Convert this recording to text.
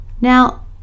Now